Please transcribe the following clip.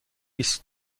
است